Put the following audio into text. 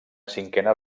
cinquena